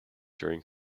during